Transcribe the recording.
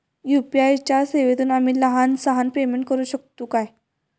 UPI च्या सेवेतून आम्ही लहान सहान पेमेंट करू शकतू काय?